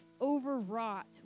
overwrought